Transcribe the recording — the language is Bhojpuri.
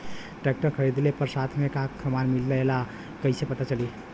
ट्रैक्टर खरीदले पर साथ में का समान मिलेला कईसे पता चली?